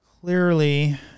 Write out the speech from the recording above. Clearly